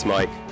Mike